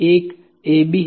एक AB है